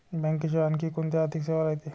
बँकेशिवाय आनखी कोंत्या आर्थिक सेवा रायते?